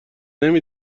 نمی